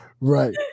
Right